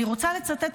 אני רוצה לצטט,